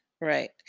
right